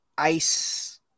Ice